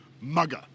mugger